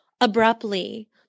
Abruptly